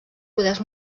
poders